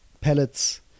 pellets